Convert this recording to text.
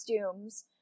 costumes